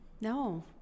No